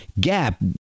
gap